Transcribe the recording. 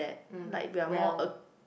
mm well